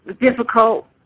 difficult